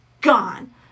gone